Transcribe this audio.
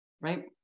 Right